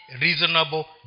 reasonable